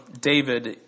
David